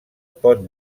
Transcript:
pot